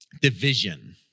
division